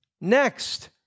next